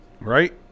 Right